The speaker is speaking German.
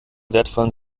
wertvollen